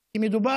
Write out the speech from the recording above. כי מדובר